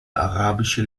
arabische